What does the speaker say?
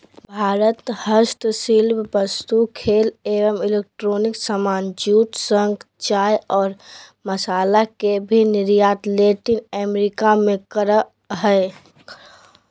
भारत हस्तशिल्प वस्तु, खेल एवं इलेक्ट्रॉनिक सामान, जूट, शंख, चाय और मसाला के भी निर्यात लैटिन अमेरिका मे करअ हय